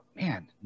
man